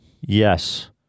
Yes